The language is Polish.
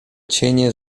cienie